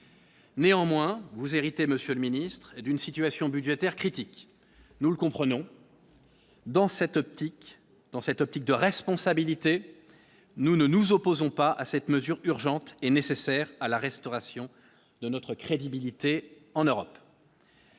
Néanmoins, vous, héritez, Monsieur le Ministre, d'une situation budgétaire critique, nous le comprenons dans cette optique, dans cette optique de responsabilité, nous ne nous opposons pas à cette mesure urgente et nécessaire à la restauration de notre crédibilité en Europe.